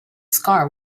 scar